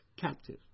captive